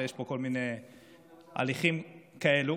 ויש פה כל מיני הליכים כאלה,